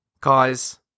guys